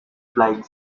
flight